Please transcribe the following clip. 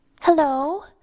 Hello